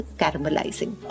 caramelizing